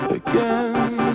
again